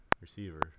receiver